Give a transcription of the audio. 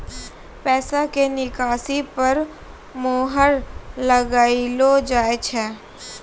पैसा के निकासी पर मोहर लगाइलो जाय छै